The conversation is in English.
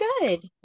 good